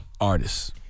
artists